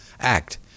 act